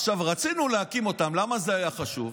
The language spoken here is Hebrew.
עכשיו, רצינו להקים אותן, למה זה היה חשוב?